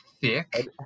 thick